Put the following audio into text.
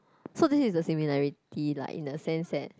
so this is the similarity lah in a sense that